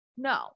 No